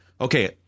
Okay